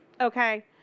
Okay